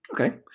Okay